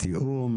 התיאום,